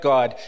God